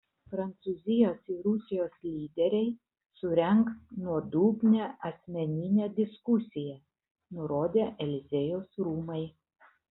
prancūzijos ir rusijos lyderiai surengs nuodugnią asmeninę diskusiją nurodė eliziejaus rūmai